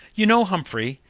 you know, humphrey,